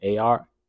ar